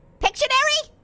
pictionary?